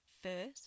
first